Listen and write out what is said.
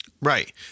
Right